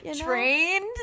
trained